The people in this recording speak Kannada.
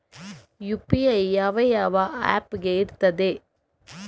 ಯು.ಪಿ.ಐ ಯಾವ ಯಾವ ಆಪ್ ಗೆ ಇರ್ತದೆ?